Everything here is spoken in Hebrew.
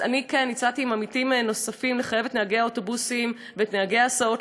אז הצעתי עם עמיתים נוספים לחייב את נהגי האוטובוסים ואת נהגי ההסעות